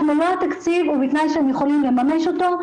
מלוא התקציב ובתנאי שהם יכולים לממש אותו,